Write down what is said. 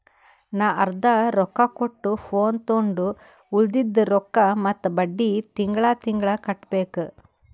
ನಾ ಅರ್ದಾ ರೊಕ್ಕಾ ಕೊಟ್ಟು ಫೋನ್ ತೊಂಡು ಉಳ್ದಿದ್ ರೊಕ್ಕಾ ಮತ್ತ ಬಡ್ಡಿ ತಿಂಗಳಾ ತಿಂಗಳಾ ಕಟ್ಟಬೇಕ್